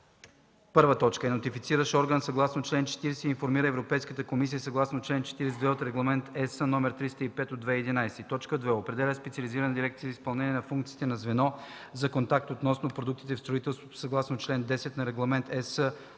1. е нотифициращ орган съгласно чл. 40 и информира Европейската комисия съгласно чл. 42 от Регламент (ЕС) № 305/2011; 2. определя специализирана дирекция за изпълнение функциите на звено за контакт относно продукти в строителството съгласно чл. 10 на Регламент (ЕС)